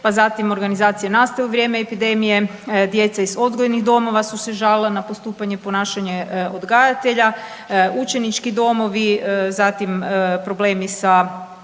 pa zatim organizacije nastave u vrijeme epidemije, djeca iz odgojnih domova su se žalila na postupanje i ponašanje odgajatelja, učenički domovi, zatim problemi sa